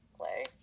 Play